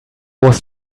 was